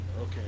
okay